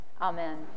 Amen